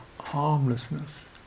harmlessness